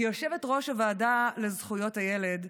כיושבת-ראש הוועדה לזכויות הילד,